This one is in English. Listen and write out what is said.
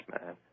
man